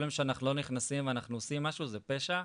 כל יום שאנחנו לא נכנסים ועושים משהו זה פשע,